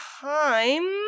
time